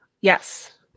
Yes